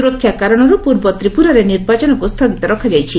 ସ୍ୱରକ୍ଷା କାରଣର୍ତ ପୂର୍ବ ତ୍ରିପୁରାରେ ନିର୍ବାଚନକୁ ସ୍ଥଗିତ ରଖାଯାଇଛି